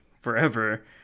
forever